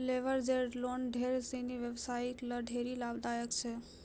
leveraged loan ढेर सिनी व्यवसायी ल ढेरी लाभदायक छै